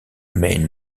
main